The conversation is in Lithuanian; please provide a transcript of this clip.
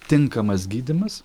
tinkamas gydymas